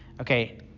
Okay